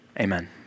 Amen